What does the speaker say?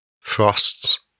Frosts